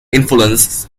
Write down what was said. influence